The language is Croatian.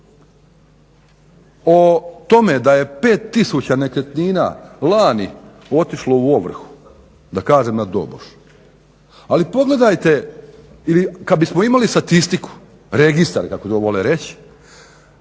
O tome da je 5000 nekretnina lani otišlo u ovrhu, da kažem na doboš. Ali pogledajte ili kad bismo imali statistiku, registar kako to vole reći